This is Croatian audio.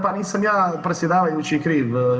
Pa nisam ja predsjedavajući kriv.